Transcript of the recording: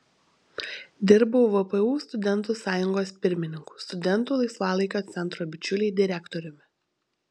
dirbau vpu studentų sąjungos pirmininku studentų laisvalaikio centro bičiuliai direktoriumi